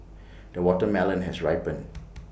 the watermelon has ripened